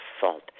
fault